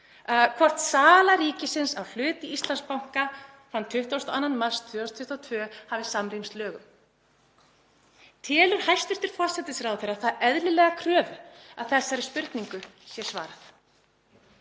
hvort sala ríkisins á hlut í Íslandsbanka þann 22. mars 2022 hafi samrýmst lögum. Telur hæstv. forsætisráðherra það eðlilega kröfu að þessari spurningu sé svarað?